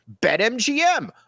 BetMGM